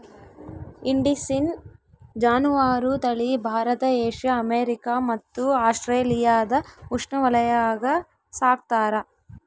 indicine ಜಾನುವಾರು ತಳಿ Bharat Asia America ಮತ್ತು ಆಸ್ಟ್ರೇಲಿಯಾದ ಉಷ್ಣವಲಯಾಗ ಸಾಕ್ತಾರ